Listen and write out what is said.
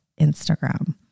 Instagram